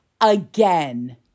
again